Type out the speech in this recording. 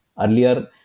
earlier